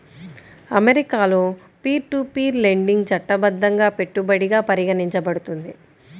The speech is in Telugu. అమెరికాలో పీర్ టు పీర్ లెండింగ్ చట్టబద్ధంగా పెట్టుబడిగా పరిగణించబడుతుంది